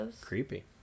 Creepy